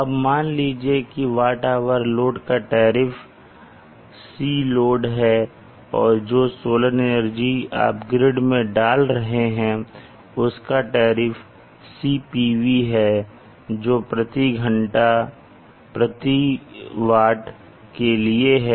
अब मान लीजिए कि WHload का टैरिफ Cload है और जो सोलर एनर्जी आप ग्रिड में डाल रहे हैं उसका टैरिफ है CPV जोकि प्रति वाट प्रति घंटा के लिए है